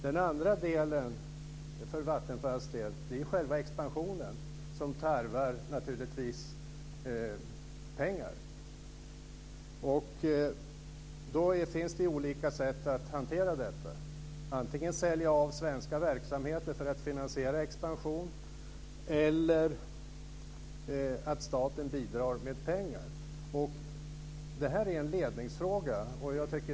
Den andra frågan för Vattenfalls del är själva expansionen som naturligtvis tarvar pengar. Det finns olika sätt att hantera detta. Antingen får man sälja av svenska verksamheter för att finansiera expansion, eller också får staten bidra med pengar. Det är en ledningsfråga.